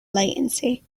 latency